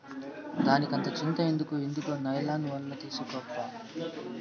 దానికంత చింత ఎందుకు, ఇదుగో నైలాన్ ఒల తీస్కోప్పా